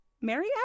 Mary